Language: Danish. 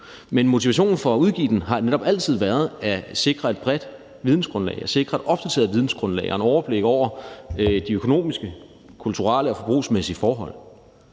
Men motivationen for at udgive den har netop altid været at sikre et bredt vidensgrundlag og at sikre et opdateret vidensgrundlag og et overblik over de økonomiske, kulturelle og forbrugsmæssige forhold,